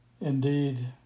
Indeed